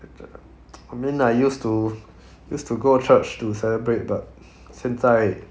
I mean I used to used to go church to celebrate but 现在